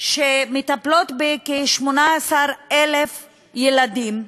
שמטפלות בכ-18,000 ילדים,